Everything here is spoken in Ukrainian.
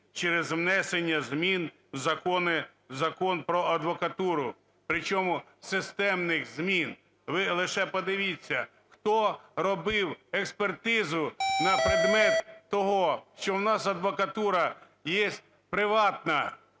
через внесення змін в закони… в Закон про адвокатуру, причому системних змін. Ви лише подивіться, хто робив експертизу на предмет того, що в нас адвокатура є приватна,